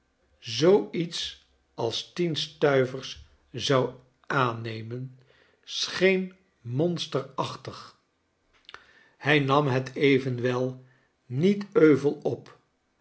zoo iets als tien stuivers zou aannemen scheen monsterachtig hij nam het evenwel niet euvel op